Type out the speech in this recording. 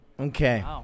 Okay